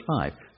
five